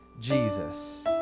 Jesus